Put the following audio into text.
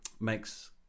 makes